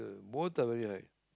water very high